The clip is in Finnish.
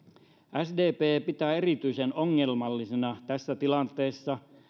sdp pitää erityisen ongelmallisena tässä tilanteessa